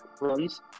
runs